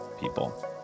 people